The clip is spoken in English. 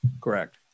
correct